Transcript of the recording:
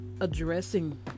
addressing